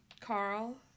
Carl